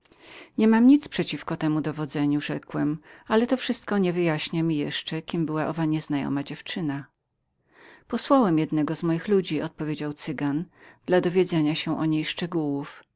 nie mam nic przeciw temu dowodzeniu rzekłem ale to wszystko nie wyjaśnia mi jeszcze kto była nieznajoma dziewczyna posyłałem jednego z moich ludzi odpowiedział cygan dla dowiedzenia się o niej szczegółów